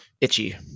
itchy